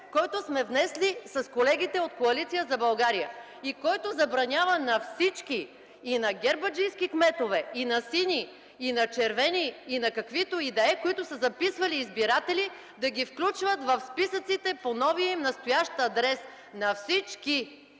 който сме внесли с колегите от Коалиция за България, и който забранява на всички – и на гербаджийски кметове, и на сини, и на червени, и на каквито и да е, които са записвали избиратели – да ги включват в списъците по новия им настоящ адрес. На всички! С тези